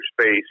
space